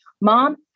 Mom